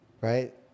right